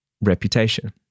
reputation